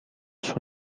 sur